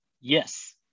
yes